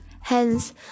Hence